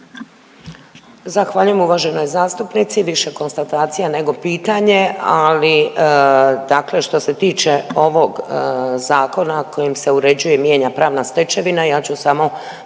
Zahvaljujem uvaženoj zastupnici, više konstatacija nego pitanje, ali dakle što se tiče ovog zakona kojim se uređuje i mijenja pravna stečevina ja ću samo